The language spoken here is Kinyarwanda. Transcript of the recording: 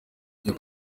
byo